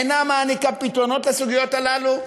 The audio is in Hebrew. אינה מעניקה פתרונות לסוגיות הללו.